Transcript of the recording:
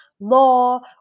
law